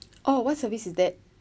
oh what service is that